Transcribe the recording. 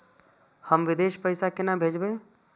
हम विदेश पैसा केना भेजबे?